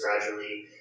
gradually